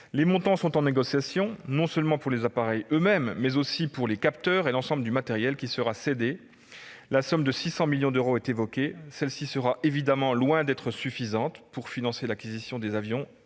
Les montants sont en cours de négociation, non seulement pour les appareils eux-mêmes, mais aussi pour les capteurs et l'ensemble du matériel qui sera cédé. La somme de 600 millions d'euros est évoquée. Celle-ci sera évidemment loin d'être suffisante pour financer l'acquisition d'avions